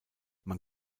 man